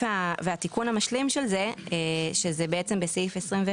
והתיקון המשלים של זה הוא בסעיף 21